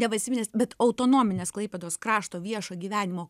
nevalstybinės bet autonominės klaipėdos krašto viešo gyvenimo